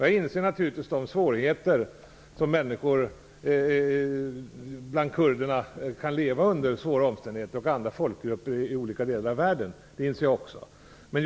Jag inser naturligtvis de svårigheter som många av kurderna, och andra folkgrupper i olika delar av världen, kan leva under.